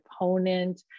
opponent